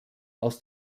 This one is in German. aus